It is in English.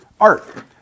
art